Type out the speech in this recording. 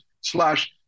slash